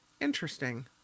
Interesting